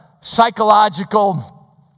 psychological